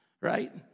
right